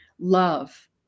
love